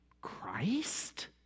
Christ